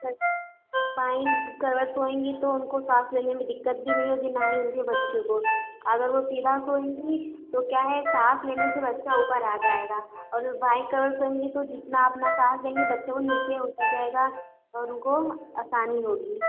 सच बाईं करवट सोएँगी तो उनको सांस लेने में दिक्कत भी नहीं होगी ना ही उनको बच्चे को अगर वे सीधा सोएँगी तो क्या है सांस लेने से बच्चा ऊपर आ जाएगा और बाईं करवट सोएँगी तो जितना अपना सांस लेंगी बच्चा वह नीचे होता जाएगा और उनको असानी होगी